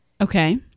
Okay